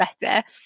better